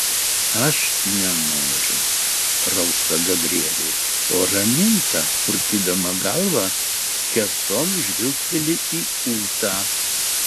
aš nenoriu rausta gabrielė o raminta purtydama galvą skersom žvilgteli į ūtą